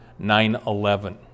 9-11